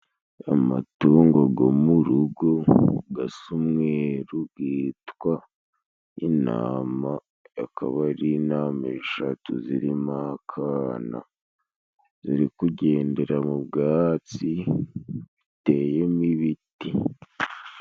Amatungo go mu rugo gasa umweru gitwa intama. Akaba ari intama eshatu zirimo akana, ziri kugendera mu byatsi biteyemo ibiti.